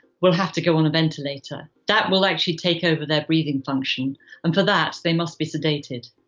will have to go on a ventilator that will actually take over their breathing function and for that they must be sedated.